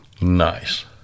Nice